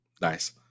nice